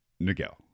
Nigel